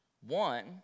One